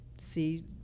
see